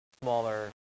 smaller